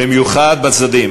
במיוחד בצדדים.